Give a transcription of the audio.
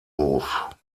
hof